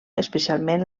especialment